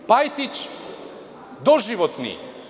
Pajtić doživotni.